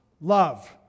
love